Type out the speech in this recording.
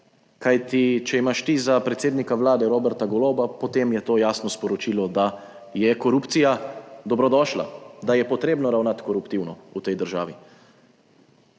kajti če imaš ti za predsednika Vlade Roberta Goloba, potem je to jasno sporočilo, da je korupcija dobrodošla, da je potrebno ravnati koruptivno v tej državi.